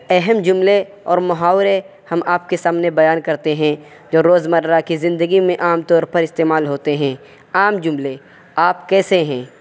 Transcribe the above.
اہم جملے اور محاورے ہم آپ کے سامنے بیان کرتے ہیں جو روز مرہ کی زندگی میں عام طور پر استعمال ہوتے ہیں عام جملے آپ کیسے ہیں